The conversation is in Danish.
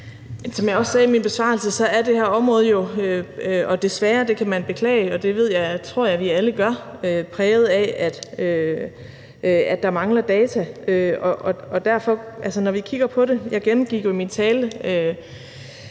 Som jeg også sagde i min besvarelse, er det her område jo desværre, og det kan man beklage, og det tror jeg vi alle gør, præget af, at der mangler data. Så når vi kigger på det – og jeg gennemgik jo i min tale